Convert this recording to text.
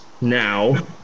now